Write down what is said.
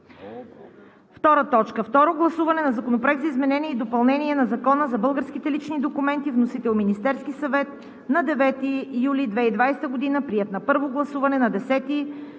гласуване на Законопроекта за изменение и допълнение на Закона за българските лични документи. Вносител – Министерският съвет, 9 юли 2020 г. Приет на първо гласуване на 10